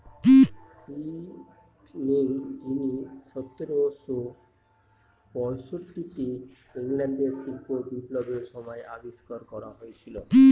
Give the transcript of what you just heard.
spinning jenny সতেরোশো পয়ষট্টিতে ইংল্যান্ডে শিল্প বিপ্লবের সময় আবিষ্কার করা হয়েছিল